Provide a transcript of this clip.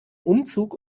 umzug